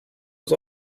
was